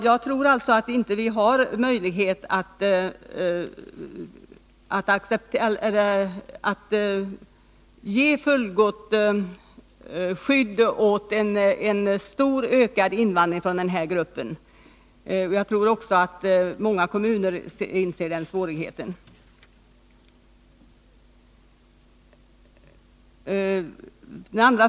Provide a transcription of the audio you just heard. Jag tror alltså att vi inte har möjlighet att ge fullgott skydd åt en ökad invandring i stor skala från den här gruppen. Jag tror också att många kommuner inser svårigheterna därvidlag.